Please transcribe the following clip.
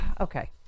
okay